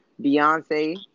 Beyonce